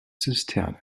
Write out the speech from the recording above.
zisterne